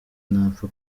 ntapfa